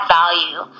value